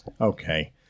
Okay